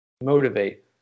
motivate